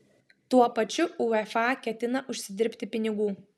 tuo pačiu uefa ketina užsidirbti pinigų